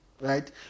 right